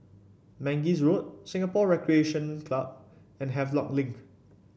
Mangis Road Singapore Recreation Club and Havelock Link